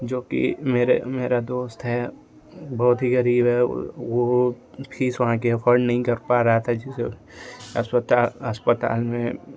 जो कि मेरे मेरा दोस्त है बहुत ही गरीब है वो फीस वहाँ की अफोर्ड नहीं कर पा रहा था अस्पता अस्पताल में